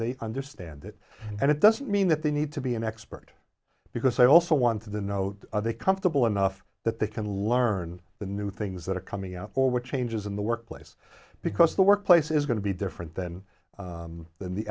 they understand that and it doesn't mean that they need to be an expert because i also wanted to know are they comfortable enough that they can learn the new things that are coming out or what changes in the workplace because the workplace is going to be different than than the